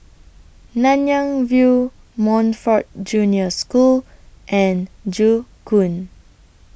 Nanyang View Montfort Junior School and Joo Koon